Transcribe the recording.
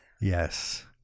Yes